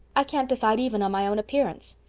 i can't decide even on my own appearance.